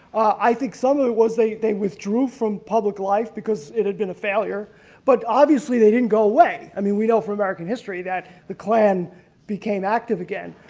i think some of it was they they withdrew from public life because it had been a failure but obviously they didn't go away. i mean we know from american history that the klan became active again.